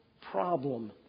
problem